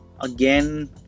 again